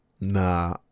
Nah